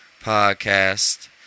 podcast